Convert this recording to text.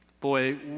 boy